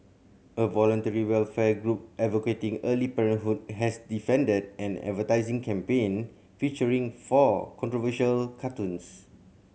a voluntary welfare group advocating early parenthood has defended an advertising campaign featuring four controversial cartoons